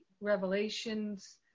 revelations